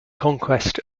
conquest